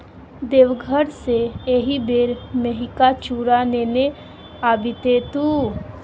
देवघर सँ एहिबेर मेहिका चुड़ा नेने आबिहे तु